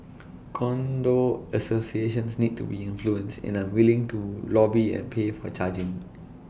condo associations need to be influenced and I'm willing to lobby and pay for charging